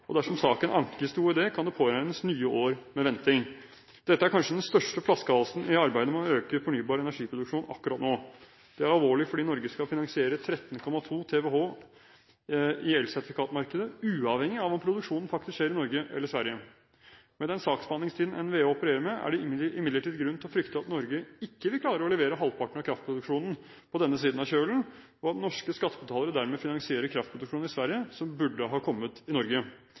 og dersom saken ankes til Olje- og energidepartementet, kan det påregnes nye år med venting. Dette er kanskje den største flaskehalsen i arbeidet med å øke fornybar energiproduksjon akkurat nå. Det er alvorlig, fordi Norge skal finansiere 13,2 TWh i elsertifikatmarkedet, uavhengig av om produksjonen faktisk skjer i Norge eller Sverige. Med den saksbehandlingstiden NVE opererer med, er det imidlertid grunn til å frykte at Norge ikke vil klare å levere halvparten av kraftproduksjonen på denne siden av kjølen, og at norske skattebetalere dermed finansierer kraftproduksjon i Sverige som burde ha kommet i Norge.